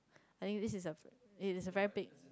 I think this is a this is a very big